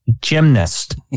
gymnast